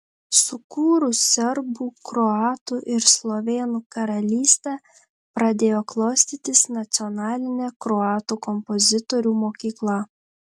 sukūrus serbų kroatų ir slovėnų karalystę pradėjo klostytis nacionalinė kroatų kompozitorių mokykla